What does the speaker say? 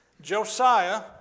Josiah